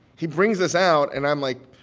he brings this out. and i'm like,